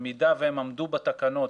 במידה והן עמדו בתקנות,